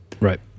Right